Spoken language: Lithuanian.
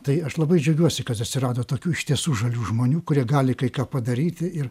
tai aš labai džiaugiuosi kad atsirado tokių iš tiesų žalių žmonių kurie gali kai ką padaryti ir